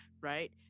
right